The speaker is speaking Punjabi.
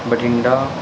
ਬਠਿੰਡਾ